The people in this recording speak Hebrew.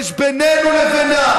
אתה ממשיך לעשות עבירת ביטחון שדה,